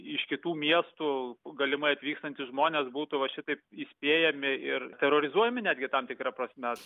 iš kitų miestų galimai atvykstantys žmonės būtų va šitaip įspėjami ir terorizuojami netgi tam tikra prasme